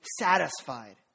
satisfied